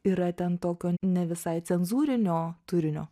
yra ten tokio ne visai cenzūrinio turinio